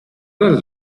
dal